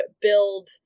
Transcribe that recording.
build